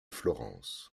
florence